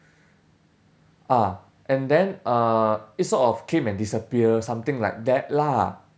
ah and then uh it sort of came and disappear something like that lah